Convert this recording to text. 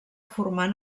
formant